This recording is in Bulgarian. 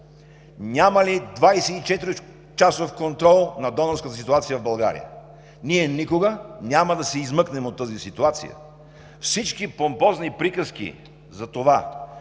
няма ли 24-часов контрол на донорската ситуация в България, ние никога няма да се измъкнем от тази ситуация! Всички помпозни приказки за това,